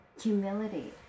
humility